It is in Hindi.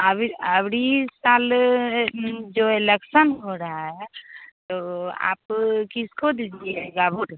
अभी आबड़ी इस साल जो इलेक्शन हो रहा है तो आप किसको दीजिएगा वोट